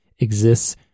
exists